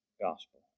gospel